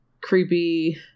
creepy